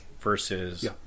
versus